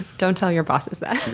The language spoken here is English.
don't tell your bosses that. and